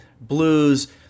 blues